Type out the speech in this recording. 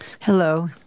Hello